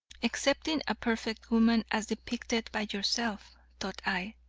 excepting a perfect woman as depicted by yourself, thought i,